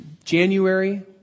January